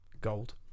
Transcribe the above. Gold